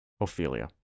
Ophelia